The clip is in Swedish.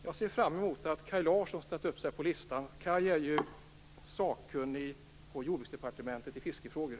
Jag ser fram emot att höra Kaj Larsson, för har är sakkunnig på Jordbruksdepartementet i fiskefrågor.